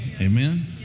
Amen